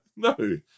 No